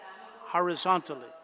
horizontally